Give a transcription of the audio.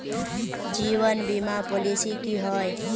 जीवन बीमा पॉलिसी की होय?